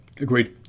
agreed